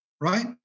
right